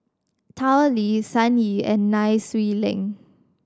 Tao Li Sun Yee and Nai Swee Leng